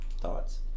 Thoughts